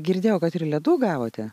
girdėjau kad ir ledų gavote